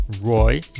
Roy